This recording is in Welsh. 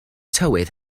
tywydd